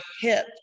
hip